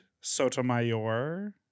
Sotomayor